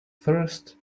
first